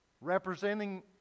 representing